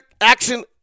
Action